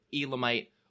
Elamite